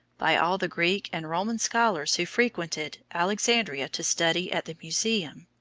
by all the greek and roman scholars who frequented alexandria to study at the museum.